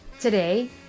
Today